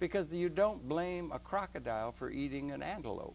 because the you don't blame a crocodile for eating an antelope